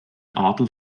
adel